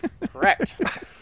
Correct